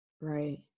Right